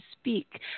speak